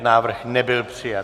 Návrh nebyl přijat.